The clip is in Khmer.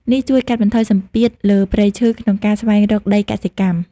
នេះជួយកាត់បន្ថយសម្ពាធលើព្រៃឈើក្នុងការស្វែងរកដីកសិកម្ម។